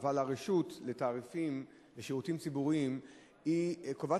אבל הרשות לתעריפים לשירותים ציבוריים קובעת